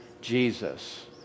Jesus